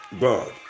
God